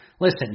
Listen